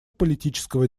политического